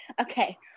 okay